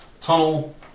tunnel